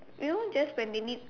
you know just when they need